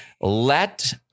let